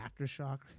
Aftershock